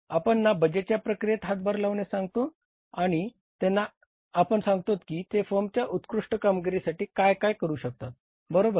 आपण ना बजेट प्रक्रियेत हातभार लावण्यास सांगतो आणि त्यांना आपण सांगतोत की ते फर्मच्या उत्कृष्ट कामगिरीसाठी काय काय करू शकतात बरोबर